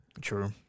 True